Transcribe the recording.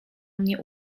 mnie